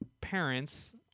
parents